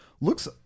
looks